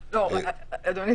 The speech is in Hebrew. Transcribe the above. לא נהיה